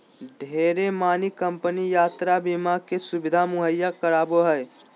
ढेरे मानी कम्पनी यात्रा बीमा के सुविधा मुहैया करावो हय